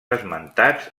esmentats